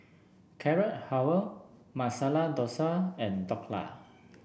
Carrot Halwa Masala Dosa and Dhokla